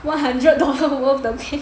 one hundred dollars worth 的 paint